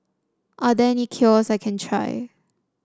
are there any cure I can try